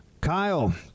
Kyle